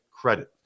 credit